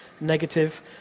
negative